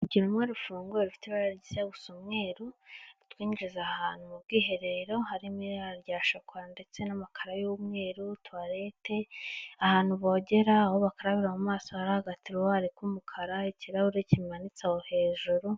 Urugi rumwe rufunguye, rufite ibara rijya gusa n'umweru, rutwinjiza ahantu mu bwiherero, harimo ibara rya shokora ndetse n'amakaro y'umweru, tuwarete, ahantu bogera, aho bakarabira mu maso hari agatiruwari k'umukara, ikirahure kimanitse aho hejuru